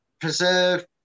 preserve